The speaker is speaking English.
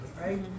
right